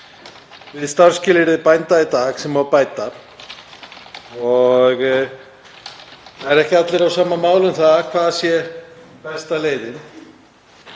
við starfsskilyrði bænda í dag sem má bæta. Það eru ekki allir á sama máli um það hvað sé besta leiðin